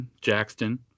Jackson